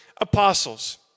apostles